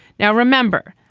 now, remember,